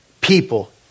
people